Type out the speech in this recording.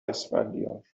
اسفندیار